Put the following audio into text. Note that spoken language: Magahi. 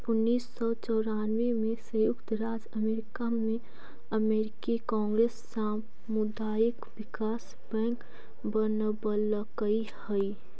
उन्नीस सौ चौरानबे में संयुक्त राज्य अमेरिका में अमेरिकी कांग्रेस सामुदायिक विकास बैंक बनवलकइ हई